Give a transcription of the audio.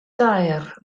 dair